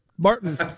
Martin